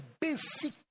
basic